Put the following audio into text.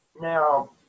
Now